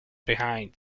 behind